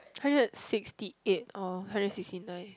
hundred sixty eight or hundred sixty nine